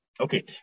Okay